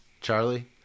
Charlie